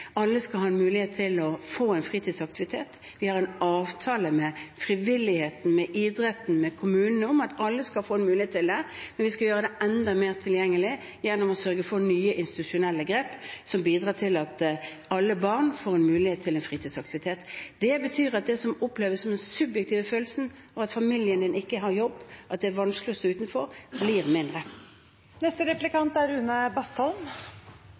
alle skal ha en mulighet til å få en fritidsaktivitet. Vi har en avtale med frivilligheten, med idretten og med kommunene om at alle skal få en mulighet til det, men vi skal gjøre det enda mer tilgjengelig gjennom å sørge for nye institusjonelle grep som bidrar til at alle barn får en mulighet til en fritidsaktivitet. Det betyr at det som oppleves – den subjektive følelsen av at ens familie ikke har jobb, at det er vanskelig å stå utenfor – blir